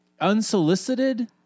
Unsolicited